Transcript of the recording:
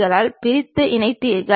இவை இரண்டு வகைப்படும்